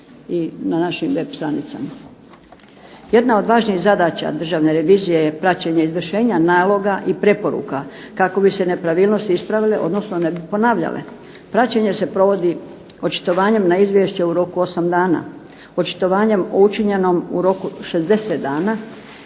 Jedna od važnih zadaća Državne revizije je praćenje izvršenja naloga i preporuka kako bi se nepravilnosti ispravile odnosno ne bi ponavljale. Praćenje se provodi očitovanjem na izvješće u roku od osam dana, očitovanjem o učinjenom u roku 60 dana